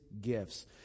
gifts